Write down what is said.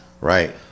right